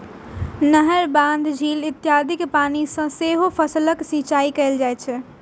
नहर, बांध, झील इत्यादिक पानि सं सेहो फसलक सिंचाइ कैल जाइ छै